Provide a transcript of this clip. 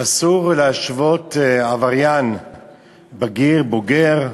אסור להשוות עבריין בגיר, בוגר,